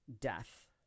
death